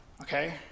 Okay